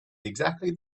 exactly